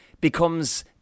becomes